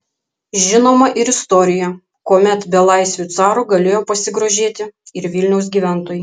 žinoma ir istorija kuomet belaisviu caru galėjo pasigrožėti ir vilniaus gyventojai